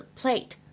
plate